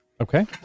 okay